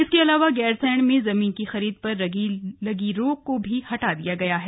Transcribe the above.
इसके अलावा गैरसैंण में जमीन की खरीद पर लगी रोक को भी हटा दिया गया है